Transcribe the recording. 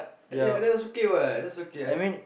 that that's okay what that's okay